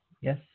Yes